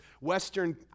Western